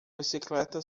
bicicleta